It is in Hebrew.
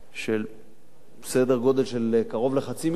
של סדר-גודל של קרוב לחצי מיליארד,